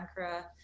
Ankara